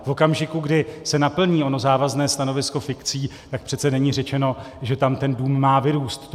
V okamžiku, kdy se naplní ono závazné stanovisko fikcí, tak přece není řečeno, že tam ten dům má vyrůst.